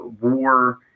war